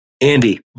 Andy